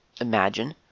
imagine